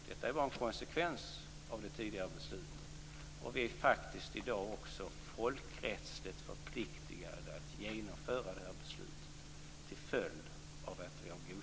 Detta är bara en konsekvens av det tidigare beslutet. I dag är vi faktiskt folkrättsligt förpliktade att genomföra det här beslutet till följd av att vi har godkänt konventionen.